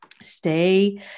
Stay